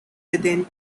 within